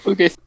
Okay